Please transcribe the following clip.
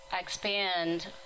expand